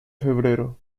febrero